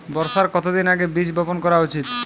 বর্ষার কতদিন আগে বীজ বপন করা উচিৎ?